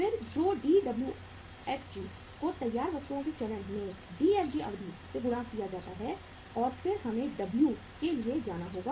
फिर यो DWFG को तैयार वस्तुओं के चरण में DFG अवधि से गुणा किया जाता है और फिर हमें W के लिए जाना होगा